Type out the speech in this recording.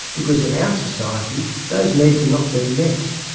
because in our society those needs are not being met.